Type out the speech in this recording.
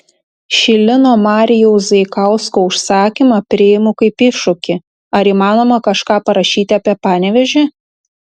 šį lino marijaus zaikausko užsakymą priimu kaip iššūkį ar įmanoma kažką parašyti apie panevėžį